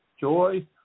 Joy